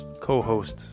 co-host